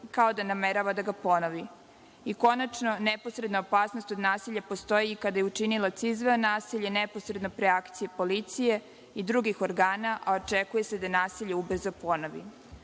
kao da namerava da ga ponovi, i konačno, neposredna opasnost od nasilja postoji kada je učinilac izveo nasilje neposredno pre akcije policije i drugih organa, a očekuje se da nasilje ubrzo ponovi.U